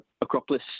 Acropolis